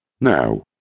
Now